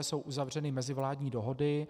Jsou uzavřeny mezivládní dohody.